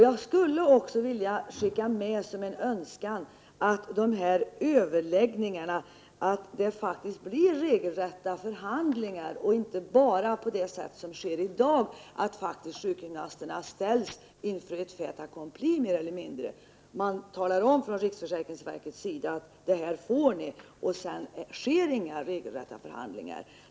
Jag skulle också vilja skicka med som en önskan beträffande dessa överläggningar att det faktiskt blir regelrätta förhandlingar. Som det är i dag ställs sjukgymnasterna mer eller mindre inför ett fait accompli. Man talar om från riksförsäkringsverkets sida att det här får ni — och sedan sker inga regelrätta förhandlingar.